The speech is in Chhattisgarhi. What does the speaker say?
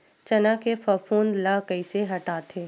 चना के फफूंद ल कइसे हटाथे?